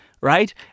right